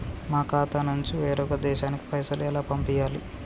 మా ఖాతా నుంచి వేరొక దేశానికి పైసలు ఎలా పంపియ్యాలి?